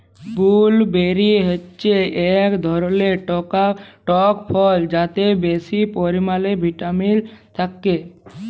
blueberry হচ্যে এক ধরলের টক ফল যাতে বেশি পরিমালে ভিটামিল থাক্যে